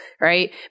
right